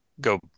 go